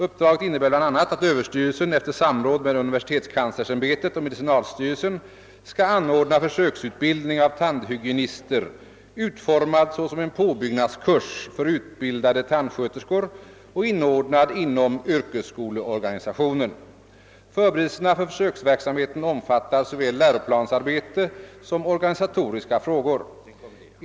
Uppdraget innebär bl.a. att överstyrelsen efter samråd med universitetskanslersämbetet och medicinalstyrelsen skall anordna försöksutbildning av tandhygienister, utformad såsom en påbyggnadskurs för utbildade tandsköterskor och inordnad inom yrkesskoleorganisationen. Förberedelserna för försöksverksamheten omfattar såväl läroplansarbete som organisatoriska frågor.